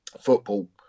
football